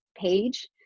page